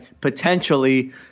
potentially –